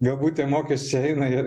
galbūt tie mokesčiai eina ir